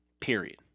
period